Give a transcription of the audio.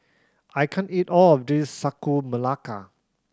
I can't eat all of this Sagu Melaka